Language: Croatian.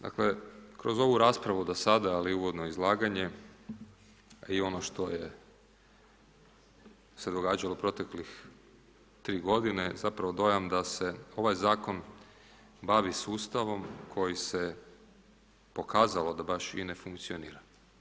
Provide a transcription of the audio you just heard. Dakle, kroz ovu raspravu do sada ali i uvodno izlaganje i ono što je se događalo proteklih tri godine, zapravo dojam da se ovaj zakon bavi sustavom koji se pokazao da baš i ne funkcionira.